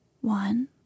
one